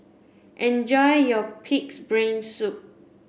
enjoy your pig's brain soup